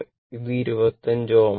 ഇത് 25 Ω ആണ്